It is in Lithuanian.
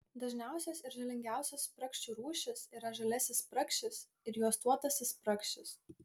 dažniausios ir žalingiausios spragšių rūšys yra žaliasis spragšis ir juostuotasis spragšis